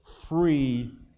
free